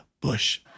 Bush